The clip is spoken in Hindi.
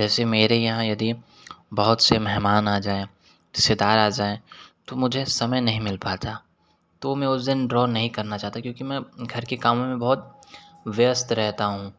जैसे मेरे यहाँ यदि बहुत से मेहमान आ जाए रिश्तेदार आ जाए तो मुझे समय नहीं मिल पाता तो मैं उस दिन ड्रॉ नहीं करना चाहता क्योंकि मैं घर के कामों में बहुत व्यस्त रहता हूँ